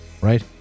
right